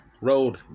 road